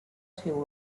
too